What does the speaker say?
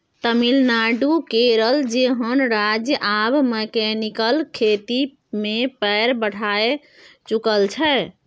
तमिलनाडु, केरल जेहन राज्य आब मैकेनिकल खेती मे पैर बढ़ाए चुकल छै